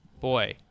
Boy